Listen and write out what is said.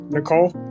Nicole